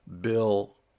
Bill